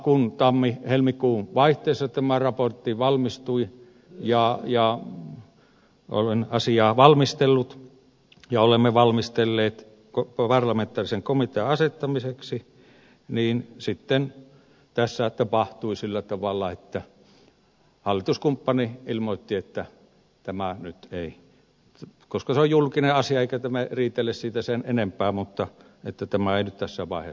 kun tammi helmikuun vaihteessa tämä raportti valmistui ja olin asiaa valmistellut ja olimme parlamentaarisen komitean asettamiseksi asiaa valmistelleet niin sitten tässä tapahtui sillä tavalla että hallituskumppani ilmoitti se nyt on julkinen asia eikä tämä riitele siitä sen enempää että tämä ei nyt tässä vaiheessa sovi